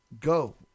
Go